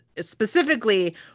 specifically